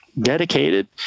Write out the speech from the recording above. dedicated